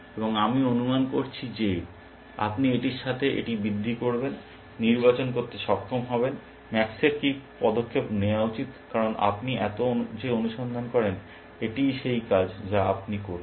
এবং আমি অনুমান করছি যে আপনি এটির সাথে এটি বৃদ্ধি করবেন নির্বাচন করতে সক্ষম হবেন ম্যাক্সের কী পদক্ষেপ নেওয়া উচিত কারণ আপনি এত যে অনুসন্ধান করেন এটিই সেই কাজ যা আপনি করছেন